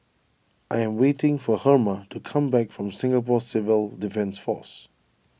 I am waiting for Herma to come back from Singapore Civil Defence force